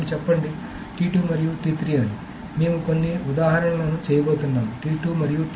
ఇప్పుడుచెప్పండి మరియు అని మేము కొన్ని ఉదాహరణలు లను చేయబోతున్నాం మరియు